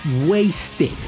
wasted